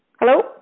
Hello